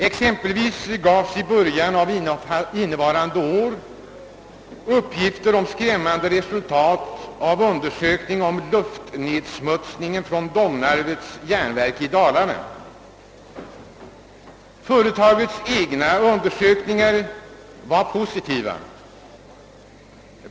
I början av innevarande år lämnades exempelvis uppgifter om skrämmande resultat av en undersökning beträffande luftnedsmutsningen från Domnarfvets jernverk i Dalarna. Företagets egna undersökningar var positiva.